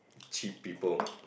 cheap people